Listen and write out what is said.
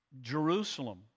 Jerusalem